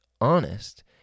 honest